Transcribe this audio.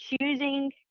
choosing